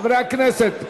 חברי הכנסת,